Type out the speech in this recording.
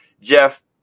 Jeff